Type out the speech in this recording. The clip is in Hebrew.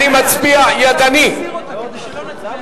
אם כן, אני מצביע על של שי נחמן